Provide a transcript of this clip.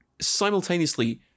simultaneously